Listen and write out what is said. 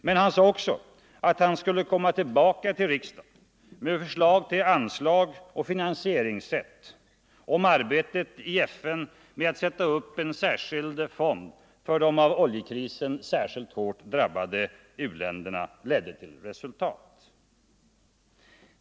Men han sade också att han skulle komma tillbaka till riksdagen med förslag till anslag och finansieringssätt, om arbetet i FN med att sätta upp en särskild fond för de av oljekrisen speciellt hårt drabbade u-länderna ledde till resultat.